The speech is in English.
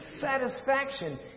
satisfaction